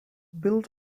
built